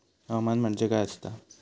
हवामान म्हणजे काय असता?